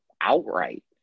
outright